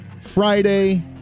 Friday